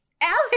Alex